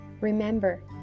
Remember